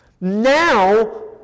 Now